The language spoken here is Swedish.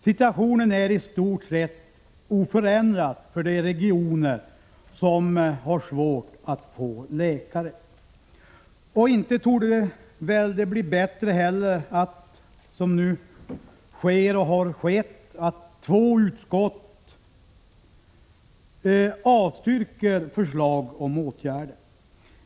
Situationen äristort sett oförändrad för de regioner som har svårt att få läkare. Det torde inte heller bli bättre av att, som nu sker och har skett, två utskott avstyrker förslag om åtgärder.